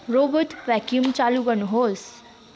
robot vacuum चालु गर्नुहोस्